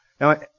Now